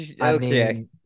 okay